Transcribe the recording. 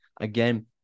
Again